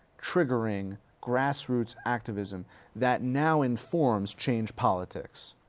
triggering grassroots activism that now informs change politics?